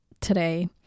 today